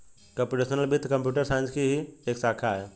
computational वित्त computer science की ही एक शाखा है